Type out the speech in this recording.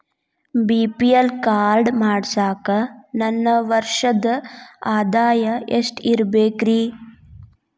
BPL card ಮಾಡ್ಸಾಕ ನನ್ನ ವರ್ಷದ್ ಆದಾಯ ಎಷ್ಟ ಇರಬೇಕ್ರಿ?